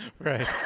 Right